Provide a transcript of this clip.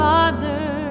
Father